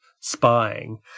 spying